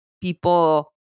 people